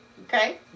okay